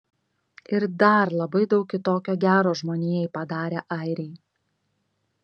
ir dar labai daug kitokio gero žmonijai padarę airiai